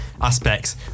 aspects